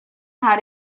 how